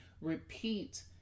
repeat